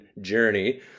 journey